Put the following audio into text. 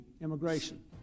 immigration